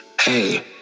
hey